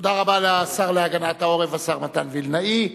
תודה רבה לשר להגנת העורף, השר מתן וילנאי.